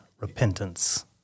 repentance